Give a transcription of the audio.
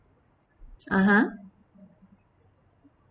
(uh huh)